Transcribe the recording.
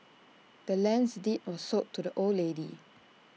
the land's deed was sold to the old lady